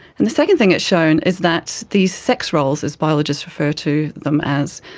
and the second thing it's shown is that these sex roles, as biologists refer to them as,